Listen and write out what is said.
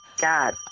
god